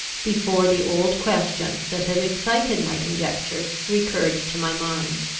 before the old question that had excited my conjectures recurred to my mind,